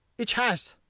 ich hash.